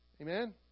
Amen